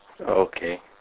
Okay